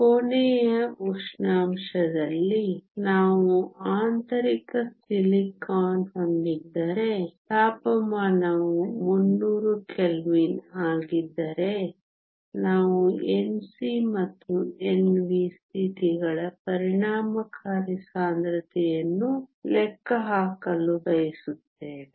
ಕೋಣೆಯ ಉಷ್ಣಾಂಶದಲ್ಲಿ ನಾವು ಆಂತರಿಕ ಸಿಲಿಕಾನ್ ಹೊಂದಿದ್ದರೆ ತಾಪಮಾನವು 300 ಕೆಲ್ವಿನ್ ಆಗಿದ್ದರೆ ನಾವು Nc ಮತ್ತು Nv ಸ್ಥಿತಿಗಳ ಪರಿಣಾಮಕಾರಿ ಸಾಂದ್ರತೆಯನ್ನು ಲೆಕ್ಕ ಹಾಕಲು ಬಯಸುತ್ತೇವೆ